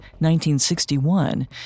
1961